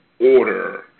order